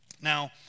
Now